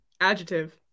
Adjective